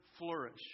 Flourish